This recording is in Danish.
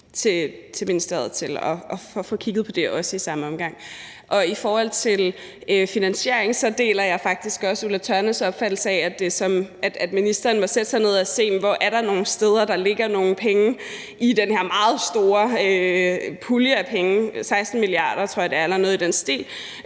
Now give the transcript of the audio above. til ministeriet til at få kigget på det også i samme omgang. I forhold til finansieringen deler jeg faktisk også Ulla Tørnæs' opfattelse, nemlig at ministeren må sætte sig ned og se, om der ligger nogle penge, der kan finansiere det, i den her meget store pulje af penge, 16 mia. kr., tror jeg, det er, eller noget i den stil.